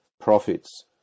profits